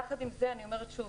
יחד עם זה אני אומרת שוב